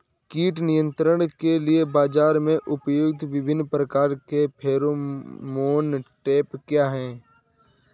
कीट नियंत्रण के लिए बाजरा में प्रयुक्त विभिन्न प्रकार के फेरोमोन ट्रैप क्या है?